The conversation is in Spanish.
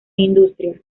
industria